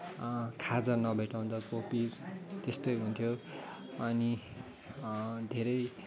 खाजा नभेट्टाउँदा कोपी त्यस्तै हुन्थ्यो अनि धेरै